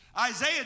Isaiah